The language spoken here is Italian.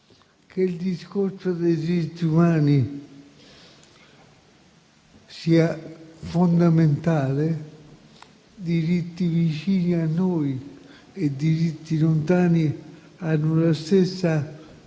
che il discorso dei diritti umani sia fondamentale. Diritti vicini a noi e diritti lontani hanno la stessa